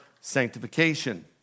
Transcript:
sanctification